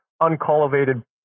uncultivated